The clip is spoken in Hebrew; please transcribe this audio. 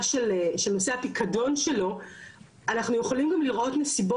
אנחנו יכולים גם לראות נסיבות שבהן עובד אל רק שנבצר ממנו לצאת,